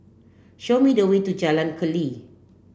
show me the way to Jalan Keli